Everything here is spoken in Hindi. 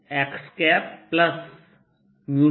r R